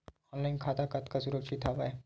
Online खाता कतका सुरक्षित हवय?